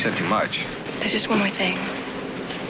said too much. there's just one more thing.